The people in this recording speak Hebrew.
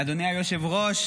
אדוני היושב-ראש,